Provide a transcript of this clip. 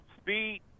speed